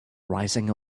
rising